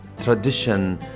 tradition